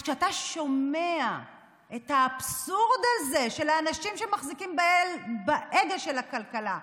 אז כשאתה שומע את האבסורד הזה של האנשים שמחזיקים בהגה של הכלכלה,